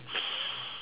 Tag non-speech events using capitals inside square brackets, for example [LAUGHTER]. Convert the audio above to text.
[NOISE]